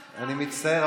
מצטער,